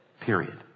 period